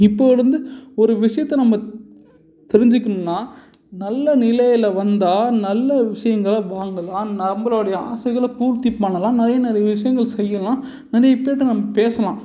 இப்போ இருந்து ஒரு விஷயத்த நம்ம தெரிஞ்சிக்கணுன்னா நல்ல நிலையில் வந்தால் நல்ல விஷயங்கள வாங்கலாம் நம்மளோடைய ஆசைகளை பூர்த்தி பண்ணலாம் நிறைய நிறைய விஷயங்கள் செய்யலாம் நிறைய பேர்கிட்ட நம்ம பேசலாம்